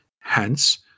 Hence